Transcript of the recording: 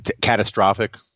catastrophic